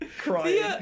crying